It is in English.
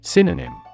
Synonym